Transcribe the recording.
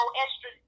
extra